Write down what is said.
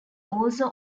also